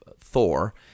Thor